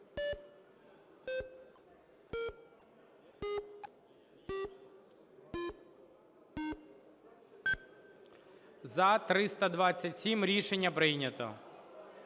За-327 Рішення прийнято.